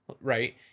Right